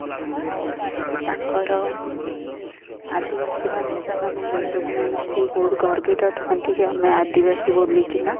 ଆଉ ତାଙ୍କର ଆଦିବାସୀମାନେ ସେମାନେ ନିଜକୁ ନେଇକି ବହୁତ ଗର୍ବିତ ଥାଆନ୍ତି କି ଆମେ ଆଦିବାସୀ ବୋଲିକିନା